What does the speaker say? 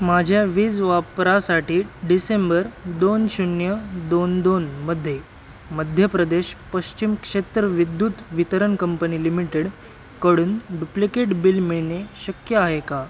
माझ्या वीज वापरासाठी डिसेंबर दोन शून्य दोन दोन मध्ये मध्यप्रदेश पश्चिम क्षेत्र विद्युत वितरण कंपनि लिमिटेड कडून डुप्लिकेड बिल मिळणे शक्य आहे का